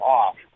off